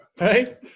right